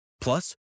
Plus